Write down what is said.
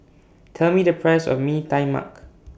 Tell Me The Price of Mee Tai Mak